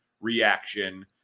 reaction